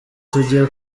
tugiye